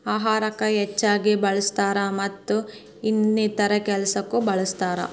ಅಹಾರಕ್ಕ ಹೆಚ್ಚಾಗಿ ಬಳ್ಸತಾರ ಮತ್ತ ಇನ್ನಿತರೆ ಕೆಲಸಕ್ಕು ಬಳ್ಸತಾರ